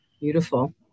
Beautiful